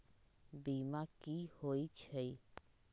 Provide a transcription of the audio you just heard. बीमा कि होई छई?